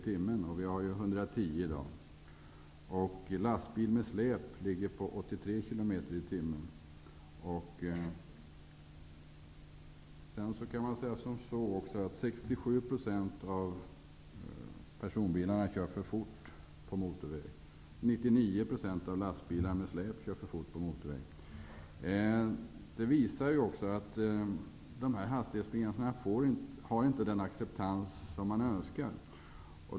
För lastbil med släp ligger medelhastigheten på 83 km/tim. Det visar att hastighetsbegränsningarna inte har den acceptans som man önskar.